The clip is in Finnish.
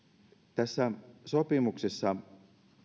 tässä sopimuksessa